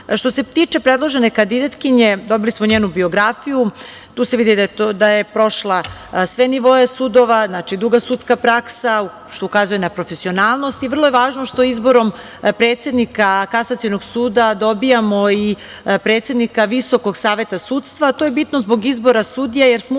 se tiče predložene kandidatkinje, dobile smo njenu biografiju. Tu se vidi da je prošla sve nivoe sudova, znači duga sudska praksa, što ukazuje na profesionalnost i vrlo je važno što izborom predsednika Kasacionog suda dobijamo i predsednika Visokog saveta sudstva. To je bitno zbog izbora sudija, jer smo upravo